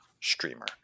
streamer